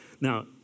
Now